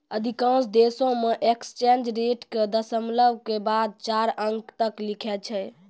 अधिकांश देशों मे एक्सचेंज रेट के दशमलव के बाद चार अंक तक लिखै छै